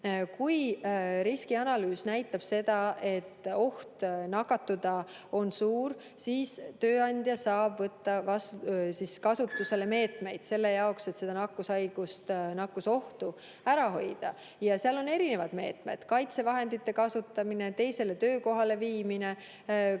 Kui riskianalüüs näitab seda, et oht nakatuda on suur, siis tööandja saab võtta kasutusele meetmeid selle jaoks, et seda nakkushaigust, nakkusohtu ära hoida. Ja seal on erinevad meetmed: kaitsevahendite kasutamine, teisele töökohale viimine. Kui tõesti